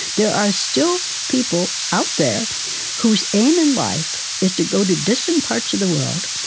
there are still people out there whose aim in life is to go to distant parts of the world,